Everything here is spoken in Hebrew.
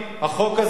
החוק הזה,